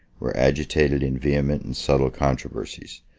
were agitated in vehement and subtile controversies,